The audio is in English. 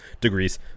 degrees